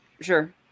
Sure